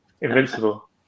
Invincible